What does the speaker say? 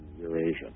Eurasia